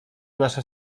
nasza